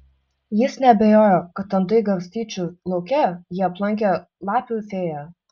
jis neabejojo kad andai garstyčių lauke jį aplankė lapių fėja